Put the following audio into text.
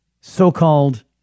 so-called